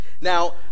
Now